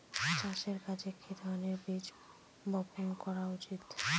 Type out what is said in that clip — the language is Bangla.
চাষের কাজে কি ধরনের বীজ বপন করা উচিৎ?